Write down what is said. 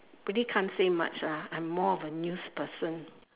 pretty can't say much lah I'm more of a news person